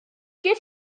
get